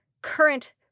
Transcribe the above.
current